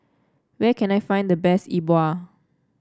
where can I find the best E Bua